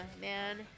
man